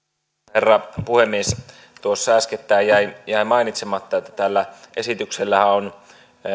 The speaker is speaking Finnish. herra puhemies tuossa äskettäin jäi jäi mainitsematta että tällä esityksellähän on